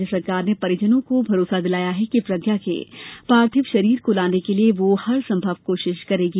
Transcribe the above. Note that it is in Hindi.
राज्य सरकार ने परिजनों को भरोसा दिलाया है कि प्रज्ञा के पार्थिव शरीर को लाने के लिए वह हर संभव कोशिश करेगी